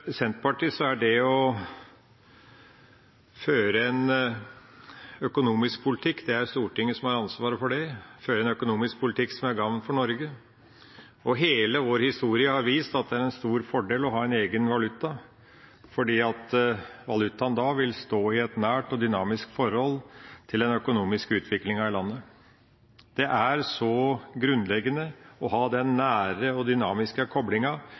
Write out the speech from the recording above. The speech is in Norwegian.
Senterpartiet er det å føre en økonomisk politikk noe Stortinget har ansvaret for – å føre en økonomisk politikk som er til gagn for Norge. Hele vår historie har vist at det er en stor fordel å ha en egen valuta, fordi valutaen da vil stå i et nært og dynamisk forhold til den økonomiske utviklingen i landet. Det er så grunnleggende å ha den nære og dynamiske